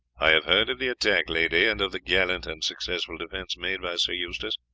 i have heard of the attack, lady, and of the gallant and successful defence made by sir eustace,